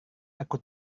aku